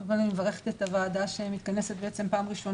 קודם כל אני מברכת את הוועדה שמתכנסת פעם ראשונה